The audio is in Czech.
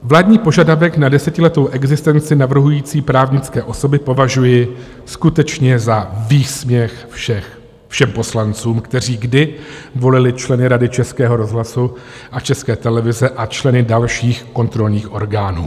Vládní požadavek na desetiletou existenci navrhující právnické osoby považuji skutečně za výsměch všem poslancům, kteří kdy volili členy Rady Českého rozhlasu a České televize a členy dalších kontrolních orgánů.